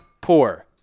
poor